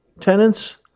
tenants